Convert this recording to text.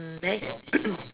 mm then